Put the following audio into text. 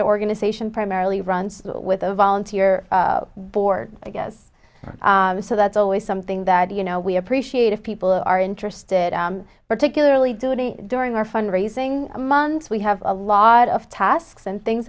the organization primarily runs with a volunteer board i guess so that's always something that you know we appreciate if people are interested particularly duty during our fundraising month we have a lot of tasks and things